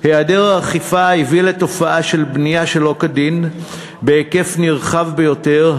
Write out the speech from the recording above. היעדר האכיפה הביא לתופעה של בנייה שלא כדין בהיקף נרחב ביותר,